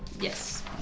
Yes